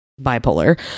bipolar